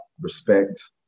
respect